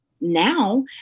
now